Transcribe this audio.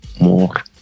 More